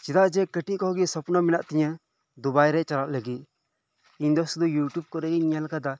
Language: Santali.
ᱪᱮᱫᱟᱜ ᱡᱮ ᱠᱟᱴᱤᱡ ᱠᱷᱚᱱ ᱜᱮ ᱥᱚᱯᱱᱚ ᱢᱮᱱᱟᱜ ᱛᱤᱧᱟᱹ ᱫᱩᱵᱟᱭ ᱨᱮ ᱪᱟᱞᱟᱜ ᱞᱟᱜᱤᱫ ᱤᱧ ᱫᱚ ᱥᱩᱫᱷᱩ ᱤᱭᱩᱴᱩᱵᱽ ᱠᱚᱨᱮᱜᱮᱧ ᱧᱮᱞ ᱟᱠᱟᱫᱟ